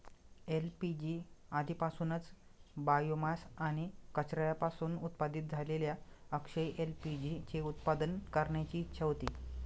LPG आधीपासूनच biomass आणि कचऱ्यापासून उत्पादित झालेल्या अक्षय एल.पी.जी चे उत्पादन करण्याची इच्छा होती